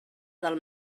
del